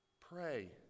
Pray